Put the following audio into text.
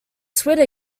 twitter